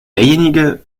derjenige